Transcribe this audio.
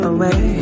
Away